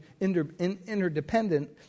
interdependent